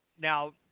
now